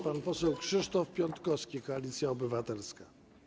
Pan poseł Krzysztof Piątkowski, Koalicja Obywatelska.